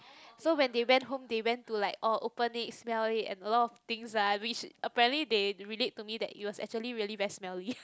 so when they went home they went to like oh open it smell it and a lot of things lah which apparently they relate to me that it was actually really very smelly